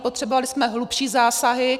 Potřebovali jsme hlubší zásahy.